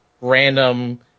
random